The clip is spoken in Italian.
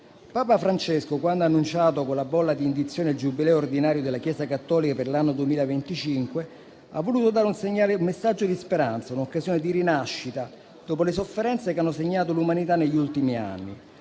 Papa Francesco, quando ha annunciato, con la bolla di indizione, il Giubileo ordinario della Chiesa cattolica per l'anno 2025, ha voluto dare un segnale e un messaggio di speranza, un'occasione di rinascita dopo le sofferenze che hanno segnato l'umanità negli ultimi anni,